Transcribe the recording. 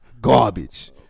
Garbage